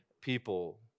people